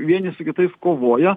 vieni su kitais kovoja